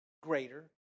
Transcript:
greater